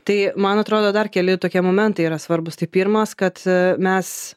tai man atrodo dar keli tokie momentai yra svarbūs tai pirmas kad mes